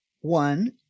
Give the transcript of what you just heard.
One